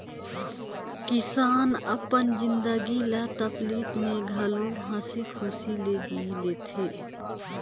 किसान अपन जिनगी ल तकलीप में घलो हंसी खुशी ले जि ले थें